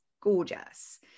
gorgeous